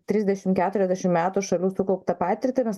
trisdešim keturiasdešim metų šalių sukauptą patirtį mes